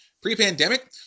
pre-pandemic